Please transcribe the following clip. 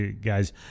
guys